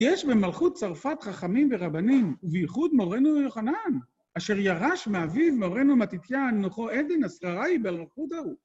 ‫יש במלכות צרפת חכמים ורבנים, ‫בייחוד מורנו יוחנן, ‫אשר ירש מאביו מורנו מטיטיאן ‫נוחו עדן השכראי במלכות ההוא.